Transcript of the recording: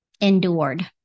endured